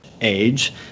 age